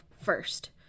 first